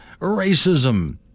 racism